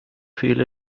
feel